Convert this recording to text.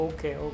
Okay